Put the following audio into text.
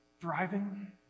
thriving